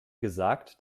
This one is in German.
gesagt